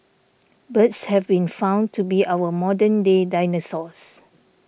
birds have been found to be our modern day dinosaurs